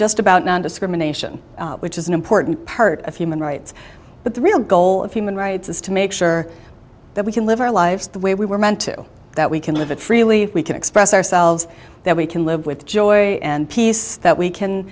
just about nondiscrimination which is an important part of human rights but the real goal of human rights is to make sure that we can live our lives the way we were meant to that we can live it freely we can express ourselves that we can live with joy and peace that we can